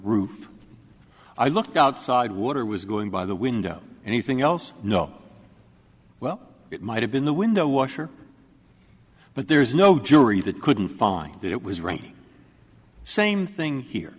roof i looked outside water was going by the window anything else no well it might have been the window washer but there is no jury that couldn't find that it was raining same thing here